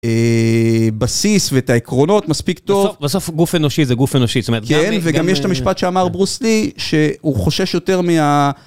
- בסיס ואת העקרונות, מספיק טוב. - בסוף גוף אנושי זה גוף אנושי, זאת אומרת... - כן, וגם יש את המשפט שאמר ברוס לי, שהוא חושש יותר מה...